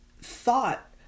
thought